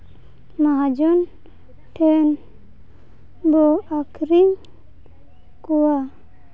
ᱢᱟᱦᱟᱡᱚᱱ ᱴᱷᱮᱱ ᱵᱚ ᱟᱹᱠᱷᱨᱤᱧ ᱠᱚᱣᱟ